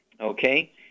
okay